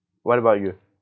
what about you